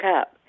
up